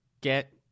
get